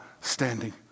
standing